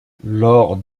lors